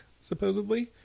supposedly